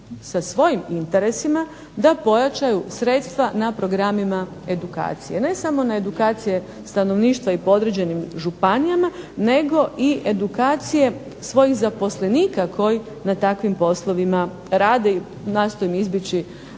sa svojim interesima da pojačaju sredstva na programima edukacije. Ne samo edukacije stanovništva i određenim županijama nego i edukacije svojih zaposlenika koji na takvim poslovima rade, nastojim izbjeći